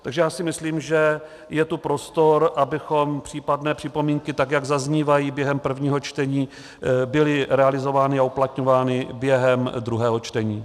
Takže já si myslím, že je tu prostor, aby případné připomínky, tak jak zaznívají během prvního čtení, byly realizovány a uplatňovány během druhého čtení.